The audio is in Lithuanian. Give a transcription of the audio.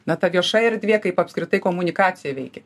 na ta vieša erdvė kaip apskritai komunikacija veikė